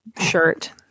shirt